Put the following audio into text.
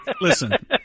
Listen